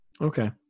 Okay